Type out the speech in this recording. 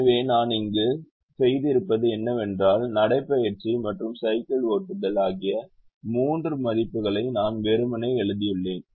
எனவே நான் இங்கு செய்திருப்பது என்னவென்றால் நடைபயிற்சி மற்றும் சைக்கிள் ஓட்டுதல் ஆகிய மூன்று மதிப்புகளை நான் வெறுமனே எழுதியுள்ளேன்